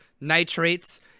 nitrates